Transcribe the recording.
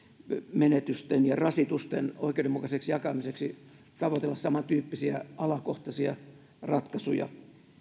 menetysten ja rasitusten oikeudenmukaiseksi jakamiseksi tavoitella samantyyppisiä alakohtaisia ratkaisuja